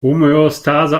homöostase